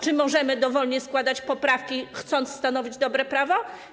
Czy możemy dowolnie składać poprawki, chcąc stanowić dobre prawo?